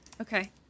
Okay